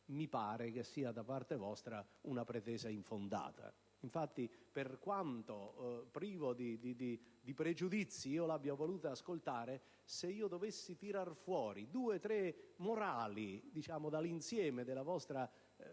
e qualificante, mi pare una pretesa infondata. Infatti, per quanto privo di pregiudizi io abbia voluto ascoltare, se volessi tirar fuori due o tre morali dall'insieme della vostra